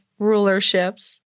rulerships